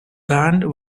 band